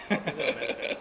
好是 Hermes bag